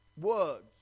words